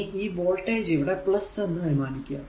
ഇനി ഈ വോൾടേജ് ഇവിടെ എന്ന് അനുമാനിക്കുക